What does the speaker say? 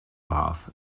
warf